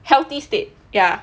healthy state ya